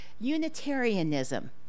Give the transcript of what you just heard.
Unitarianism